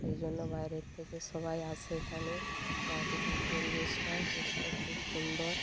সেই জন্য বাইরে থেকে সবাই আসে এখানে প্রাকৃতিক পরিবেশটা দেখতে খুব সুন্দর